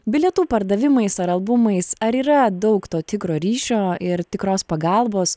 bilietų pardavimais ar albumais ar yra daug to tikro ryšio ir tikros pagalbos